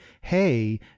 hey